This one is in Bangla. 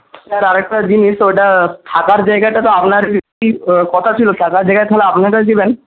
স্যার আরেকটা জিনিস ওইটা থাকার জায়গাটা তো আপনার কথা ছিল থাকার জায়গা তাহলে আপনারাই দেবেন